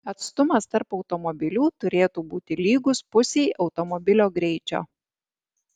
atstumas tarp automobilių turėtų būti lygus pusei automobilio greičio